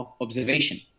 observation